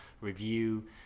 review